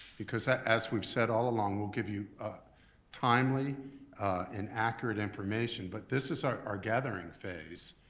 because that as we've said all along will give you timely and accurate information. but this is our our gathering phase.